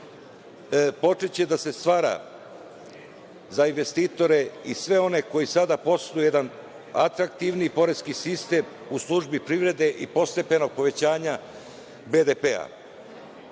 počeće da se stvara za investitore i sve oni koji sada posluju jedan atraktivni poreski sistem u službi privrede i postepenog povećanja BDP,